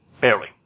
Barely